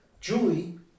Julie